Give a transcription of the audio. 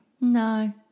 no